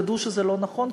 תדעו שזה לא נכון,